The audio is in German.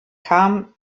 kam